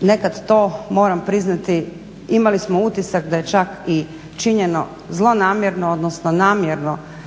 nekad to moram priznati. Imali smo utisak da je ček i činjeno zlonamjerno, odnosno namjerno,